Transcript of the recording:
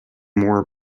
more